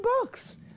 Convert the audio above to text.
books